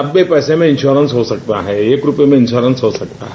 नब्बे पैसे में इंश्योरेंश हो सकता है एक रूपये में इंश्योरेंश हो सकता है